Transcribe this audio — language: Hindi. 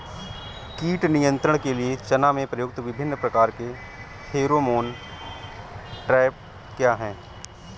कीट नियंत्रण के लिए चना में प्रयुक्त विभिन्न प्रकार के फेरोमोन ट्रैप क्या है?